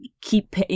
keep –